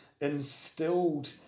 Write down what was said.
instilled